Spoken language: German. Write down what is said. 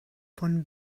von